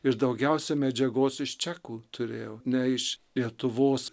ir daugiausia medžiagos iš čekų turėjau ne iš lietuvos